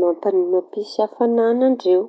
mampa- mampisy hafañanan-dreo.